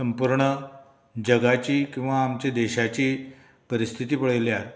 संपूर्ण जगाची किंवां आमच्या देशाची परिस्थिती पळयल्यार